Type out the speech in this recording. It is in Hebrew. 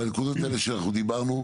בנקודות האלה שאנחנו דיברנו עליהן,